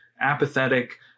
apathetic